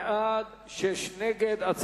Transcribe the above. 24 בעד, שישה נגד.